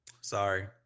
Sorry